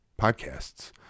podcasts